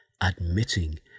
admitting